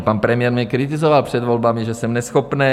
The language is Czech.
Pan premiér mě kritizoval před volbami, že jsem neschopný.